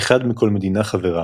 אחד מכל מדינה חברה,